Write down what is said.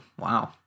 wow